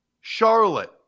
Charlotte